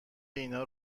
اینا